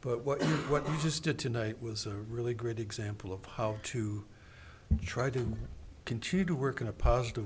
but what what you just did tonight was a really great example of how to try to continue to work in a positive